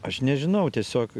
aš nežinau tiesiog